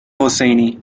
حسینی